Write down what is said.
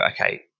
okay